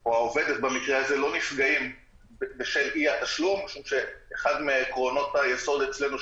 או העובדת לא נפגעים בשל אי-התשלום משום שאחד מעקרונות היסוד אצלנו,